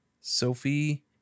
Sophie